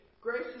grace